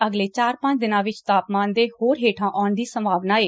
ਅਗਲੇ ਚਾਰ ਪੰਜ ਦਿਨਾਂ ਵਿਚ ਤਾਪਮਾਨ ਦੇ ਹੋਰ ਹੇਠਾਂ ਆਉਣ ਦੀ ਸੰਭਾਵਨਾ ਏ